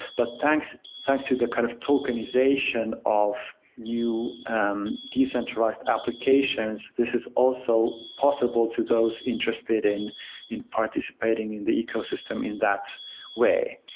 but thanks thanks to the kind of tokenization all of new um decentralized applications, this is also possible to those interested in in participating in the ecosystem in that way.